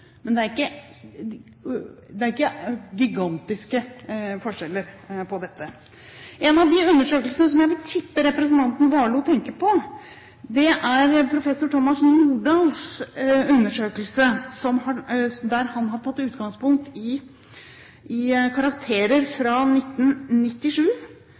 men det er ikke gigantiske forskjeller. En av de undersøkelsene som jeg vil tippe at representanten Warloe tenker på, er professor Thomas Nordahls undersøkelse, der han har tatt utgangspunkt i karakterer fra 1997. Han finner der en kjønnsforskjell på 0,23 pst. mellom jenter og gutter i